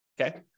Okay